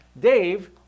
Dave